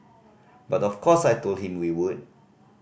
but of course I told him we would